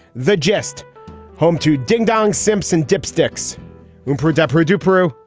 the geste home to ding-dong simpson dipsticks mean poor adepero du peru.